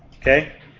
Okay